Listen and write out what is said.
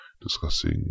discussing